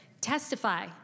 testify